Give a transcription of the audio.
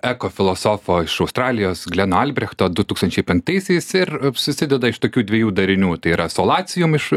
eko filosofo iš australijos gleno albrechto du tūkstančiai penktaisiais ir susideda iš tokių dviejų darinių tėra solacium iš